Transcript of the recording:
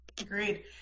agreed